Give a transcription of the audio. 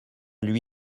lui